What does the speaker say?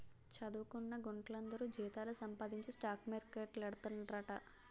చదువుకొన్న గుంట్లందరూ జీతాలు సంపాదించి స్టాక్ మార్కెట్లేడతండ్రట